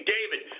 David